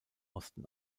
osten